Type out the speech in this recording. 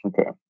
okay